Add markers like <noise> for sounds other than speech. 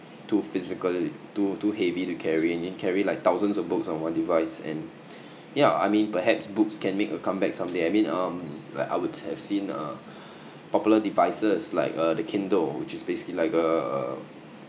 too physical too too heavy to carry need carry like thousands of books on one device and <breath> yeah I mean perhaps books can make a comeback someday I mean um where I would have seen uh <breath> popular devices like uh the kindle which is basically like a uh